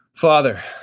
Father